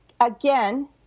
again